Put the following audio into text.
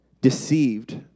deceived